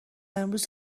امروز